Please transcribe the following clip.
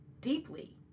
deeply